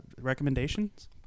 Recommendations